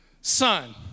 son